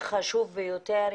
חשוב ביותר.